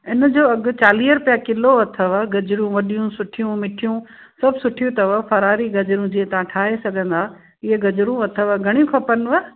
इन जो अघु चालीह रुपया किलो अथव गजरूं वॾियूं सुठियूं मिठियूं सभु सुठियूं अथव फ़रारी गजरूं जीअं तव्हां ठाहे सघंदा इहे गजरूं अथव घणियूं खपंदव